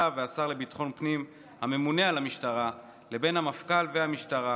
והשר לביטחון פנים הממונה על המשטרה לבין המפכ"ל והמשטרה,